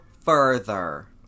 further